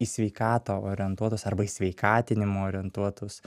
į sveikatą orientuotus arba į sveikatinimą orientuotus